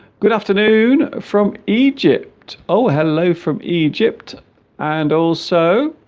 good afternoon from egypt oh hello from egypt and also